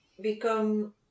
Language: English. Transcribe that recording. become